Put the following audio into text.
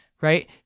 Right